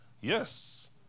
Yes